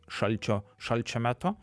šalčio šalčio metu